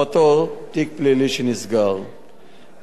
הצעת החוק באה לתקן מצב שבו חיילים לוחמים,